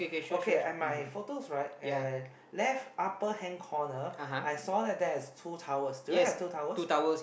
okay at my photos right at left upper hand corner I saw that there is two towels do you have two towels